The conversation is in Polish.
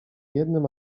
jednym